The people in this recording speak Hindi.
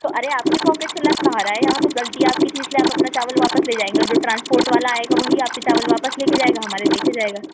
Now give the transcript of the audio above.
तो अरे आपकी पॉकेट से लग कहाँ रहा है यहाँ तो ग़लती आपकी थी इसलिए आप अपना चावल वापस से जाएँगे और जो ट्रांसपोर्ट वाला आएगा वही चावल वापस ले कर जाएगा हमारे दे कर जाएगा